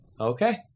okay